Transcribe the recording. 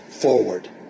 Forward